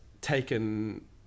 taken